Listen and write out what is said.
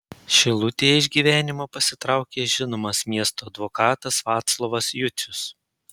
šilutėje iš gyvenimo pasitraukė žinomas miesto advokatas vaclovas jucius